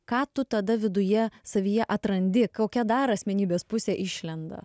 ką tu tada viduje savyje atrandi kokia dar asmenybės pusė išlenda